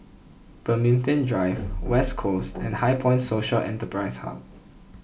Pemimpin Drive West Coast and HighPoint Social Enterprise Hub